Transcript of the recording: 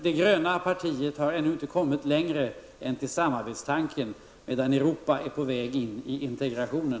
Det gröna partiet har ännu inte kommit längre än till samarbetstanken, medan Europa är på väg in i integrationen!